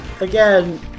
Again